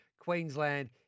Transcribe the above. Queensland